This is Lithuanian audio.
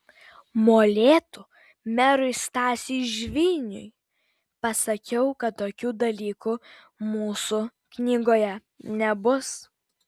molėtų merui stasiui žviniui pasakiau kad tokių dalykų mūsų knygoje nebus